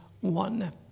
one